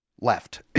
left